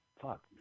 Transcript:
fuck